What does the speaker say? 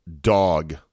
dog